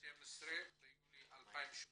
12 ביולי 2018